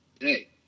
hey